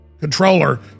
controller